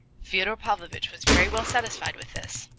fyodor pavlovitch was very well satisfied with this,